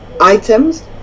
items